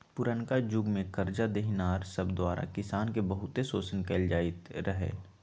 पुरनका जुग में करजा देनिहार सब द्वारा किसान के बहुते शोषण कएल जाइत रहै